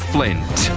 Flint